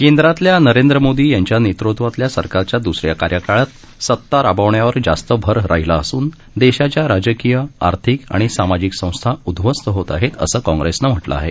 केंद्रातल्या नरेंद्र मोधी यांच्या नेतृत्वातल्या सरकारच्या ्सऱ्या कार्यकाळात सता राबवण्यावर जास्त भर राहिला असून ोशाच्या राजकीय आर्थिक आणि सामाजिक संस्था उदधवस्त होत आहेत असं काँग्रेसनं म्हटलं आहे